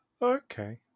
Okay